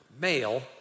male